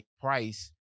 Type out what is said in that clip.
price